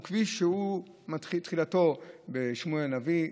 הוא כביש שתחילתו בשמואל הנביא,